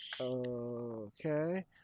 Okay